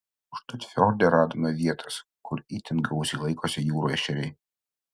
užtat fjorde radome vietas kur itin gausiai laikosi jūrų ešeriai